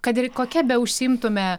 kad ir kokia beužsiimtume